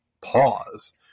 pause